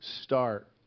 start